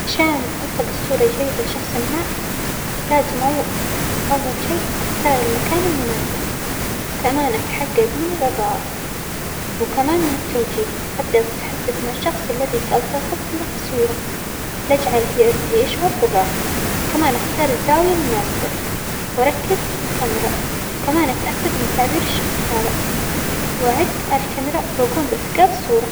عشان ألتجط صورة جيدة لشخص ما لازم أو-أول شيء أختار المكان المناسب وكمان أتحجج من الإضاءة وكمان من التوجيه، أبدأ بالتحدث مع الشخص الذى سألتقط له صورة لأجعله ير-يشعر بالراحة، كمان أختار الزاوية المناسبة وأركز الكاميرا وكمان اتأكد من تعبير الشخص هذا، وأعد الكاميرا وأجوم بإلتقاط الصورة.